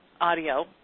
audio